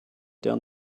down